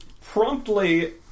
Promptly